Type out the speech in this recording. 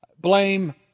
blame